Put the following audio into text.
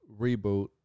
reboot